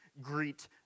greet